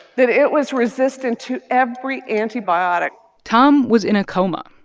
that it was resistant to every antibiotic tom was in a coma.